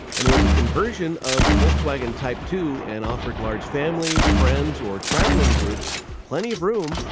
and was a conversion of the volkswagen type two and offered large families, friends or traveling groups plenty of room,